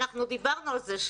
דיברנו על זה,